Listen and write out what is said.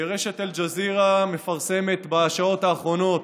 רשת אל-ג'זירה מפרסמת בשעות האחרונות